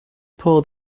pour